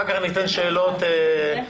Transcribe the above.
אחר כך ניתן שאלות חופשי.